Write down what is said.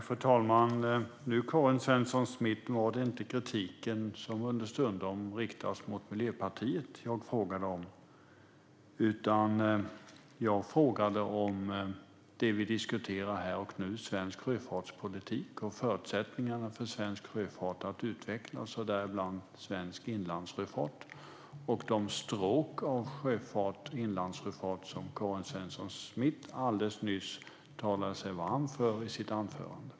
Fru talman! Karin Svensson Smith! Nu var det inte den kritik som understundom riktas mot Miljöpartiet jag frågade om, utan jag frågade om det vi diskuterar här och nu: svensk sjöfartspolitik och förutsättningarna för svensk sjöfart att utvecklas, däribland de stråk för svensk inlandssjöfart som Karin Svensson Smith alldeles nyss talade sig varm för i sitt anförande.